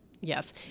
Yes